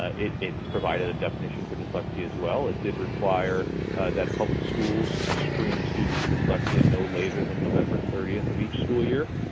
ah it it provided a definition for dyslexia as well. it did require that public schools screen students for dyslexia and no later than november thirtieth of each school year